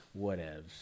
Whatevs